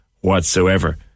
whatsoever